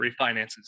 refinances